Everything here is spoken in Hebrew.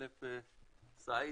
סעיד,